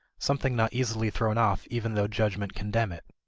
something not easily thrown off even though judgment condemn it.